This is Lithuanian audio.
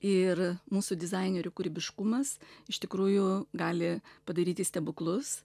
ir mūsų dizainerių kūrybiškumas iš tikrųjų gali padaryti stebuklus